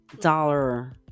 dollar